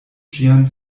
ĝian